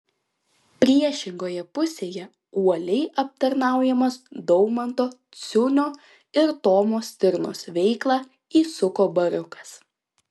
priešingoje pusėje uoliai aptarnaujamas daumanto ciunio ir tomo stirnos veiklą įsuko bariukas